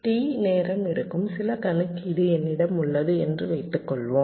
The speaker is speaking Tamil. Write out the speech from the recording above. T நேரம் எடுக்கும் சில கணக்கீடு என்னிடம் உள்ளது என்று வைத்துக்கொள்வோம்